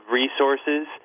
resources